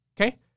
okay